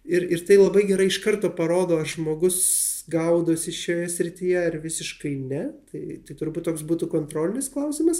ir ir tai labai gerai iš karto parodo ar žmogus gaudosi šioje srityje ar visiškai ne tai tai turbūt toks būtų kontrolinis klausimas